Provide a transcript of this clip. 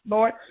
Lord